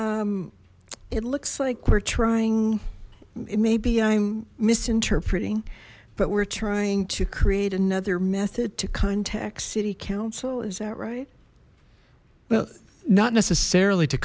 system it looks like we're trying maybe i'm misinterpreting but we're trying to create another method to contact city council is that right well not necessarily to